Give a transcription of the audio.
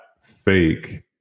fake